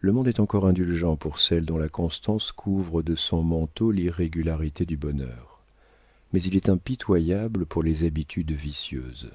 le monde est encore indulgent pour celles dont la constance couvre de son manteau l'irrégularité du bonheur mais il est impitoyable pour les habitudes vicieuses